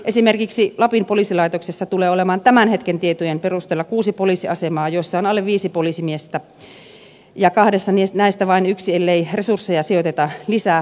esimerkiksi lapin poliisilaitoksessa tulee olemaan tämän hetken tietojen perusteella kuusi poliisiasemaa joissa on alle viisi poliisimiestä ja kahdessa näistä vain yksi ellei resursseja sijoiteta lisää kyseisille poliisiasemille